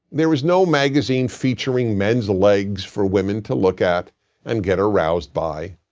there is no magazine featuring men's legs for women to look at and get aroused by.